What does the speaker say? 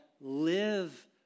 live